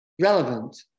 relevant